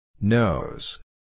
Nose